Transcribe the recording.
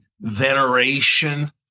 veneration